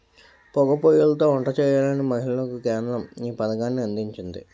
పోగా పోయ్యిలతో వంట చేయలేని మహిళలకు కేంద్రం ఈ పథకాన్ని అందించింది